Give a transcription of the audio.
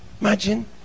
Imagine